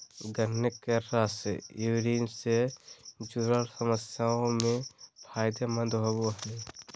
गन्ने के रस यूरिन से जूरल समस्याओं में फायदे मंद होवो हइ